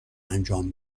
انجام